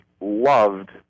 loved